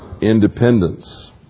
independence